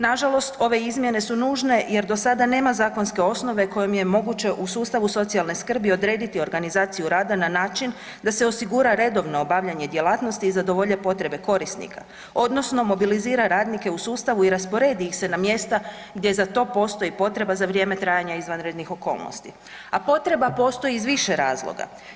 Nažalost ove izmjene su nužne jer do sada nema zakonske osnove kojim je moguće u sustavu socijalne skrbi odrediti organizaciju rada na način da se osigura redovno obavljanje djelatnosti i zadovolje potrebe korisnika, odnosno mobilizira radnike u sustavu i rasporedi ih se na mjesta gdje za to postoji potreba za vrijeme trajanja izvanrednih okolnosti, a potreba postoji iz više razloga.